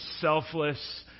selfless